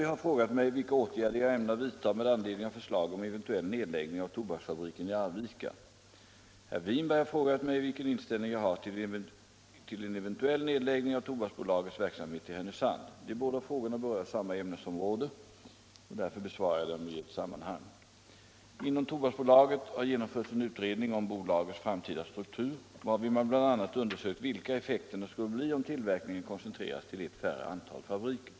Herr Winberg har frågat mig vilken inställning jag har till en eventuell nedläggning av Tobaksbolagets verksamhet i Härnösand. Då båda frågorna berör samma ämnesområde, besvarar jag dem i ett sammanhang. Inom Tobaksbolaget har genomförts en utredning om bolagets framtida struktur, varvid man bl.a. undersökt vilka effekterna skulle bli om tillverkningen koncentreras till ett färre antal fabriker.